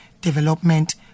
development